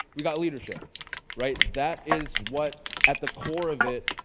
we've got leadership right. that is what, at the core of it,